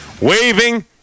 waving